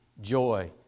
joy